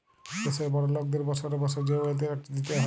দ্যাশের বড় লকদের বসরে বসরে যে ওয়েলথ ট্যাক্স দিতে হ্যয়